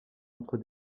entre